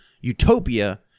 utopia